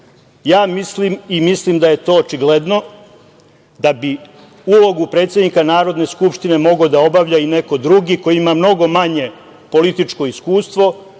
ja mislim da je to očigledno da bi ulogu predsednika Narodne skupštine mogao da obavlja i neko drugi koji ima mnogo manje političko iskustvo,